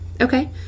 Okay